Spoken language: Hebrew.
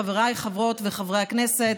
חבריי חברות וחברי הכנסת,